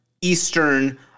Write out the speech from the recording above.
Eastern